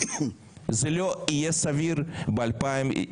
זה לא יהיה סביר ב-2023.